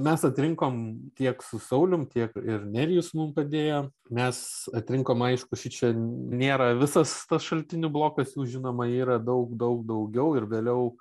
mes atrinkom tiek su saulium tiek ir nerijus mum padėjo mes atrinkom aišku šičia nėra visas tas šaltinių blokas jų žinoma yra daug daug daugiau ir vėliau